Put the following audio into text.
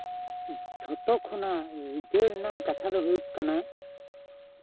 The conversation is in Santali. ᱡᱷᱚᱛᱚ ᱠᱷᱚᱱᱟᱝ ᱨᱤᱡᱷᱟᱹᱣ ᱨᱮᱱᱟᱜ ᱠᱟᱛᱷᱟ ᱫᱚ ᱦᱩᱭᱩᱜ ᱠᱟᱱᱟ